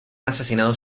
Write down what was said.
asesinados